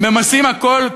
ממסים הכול,